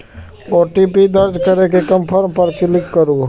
OTP दर्ज करै के कंफर्म पर क्लिक करू